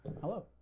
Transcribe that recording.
Hello